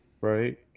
right